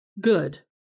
Good